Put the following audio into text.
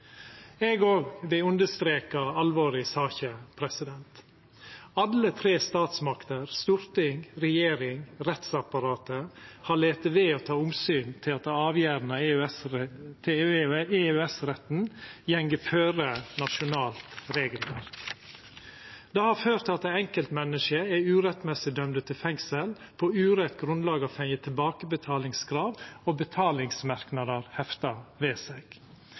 understreka alvoret i saka: Alle tre statsmaktene, storting, regjering og rettsapparat, har late vera å ta omsyn til at avgjerdene til EØS-retten går føre nasjonalt regelverk. Det har ført til at enkeltmenneske er urettmessig dømde til fengsel og på urett grunnlag har fått tilbakebetalingskrav og betalingsmerknader hefta ved seg.